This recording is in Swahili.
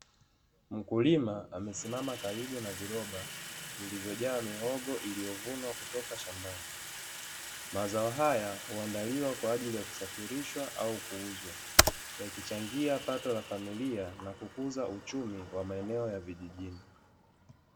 Mkulima amesimama karibu na viroa vilivyojaa mihogo iliyovunwa kutoka shambani, mazao haya huandaliwa kwa ajili ya kusafirishwa au kuuza yakichangia pato la familia, na kukuza uchumi wa maeneo ya vijijini.